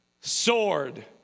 sword